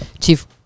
Chief